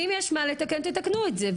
ואם יש מה לתקן, תתקנו את זה.